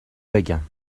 بگم